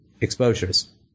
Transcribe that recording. exposures